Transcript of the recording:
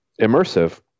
immersive